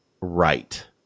right